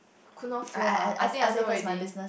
could not fail ah I think I know already